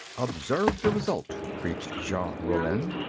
observe the result, preached jean raulin,